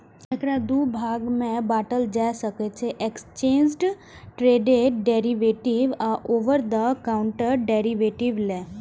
एकरा दू भाग मे बांटल जा सकै छै, एक्सचेंड ट्रेडेड डेरिवेटिव आ ओवर द काउंटर डेरेवेटिव लेल